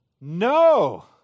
no